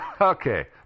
Okay